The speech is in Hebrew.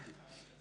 רביזיה: